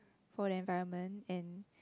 for the environment and